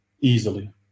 Easily